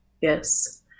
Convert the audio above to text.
Yes